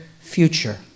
future